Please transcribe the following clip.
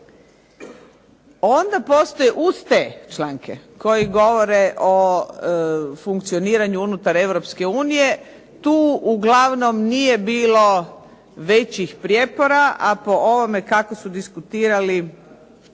Onda postoje uz te članke koji govore o funkcioniranju unutar Europske unije tu uglavnom nije bilo većih prijepora, a po ovome kako su diskutirali